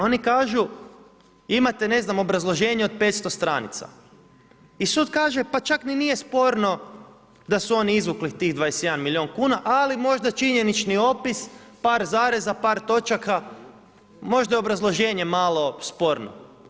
Oni kažu imate, ne znam, obrazloženje od 500 stranica i sud kaže, pa čak ni nije sporno da su oni izvukli tih 21 milion kuna, ali možda činjenični opis, par zareza, par točaka, možda je obrazloženje malo sporno.